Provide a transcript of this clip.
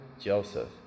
Joseph